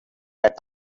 had